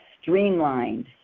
Streamlined